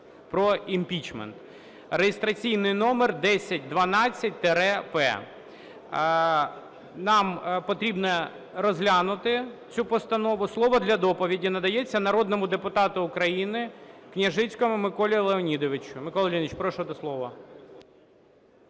(про імпічмент) (реєстраційний номер 1012-П). Нам потрібно розглянути цю Постанову. Слово для доповіді надається народному депутату України Княжицькому Миколі Леонідовичу. Микола Леонідович, прошу до слова.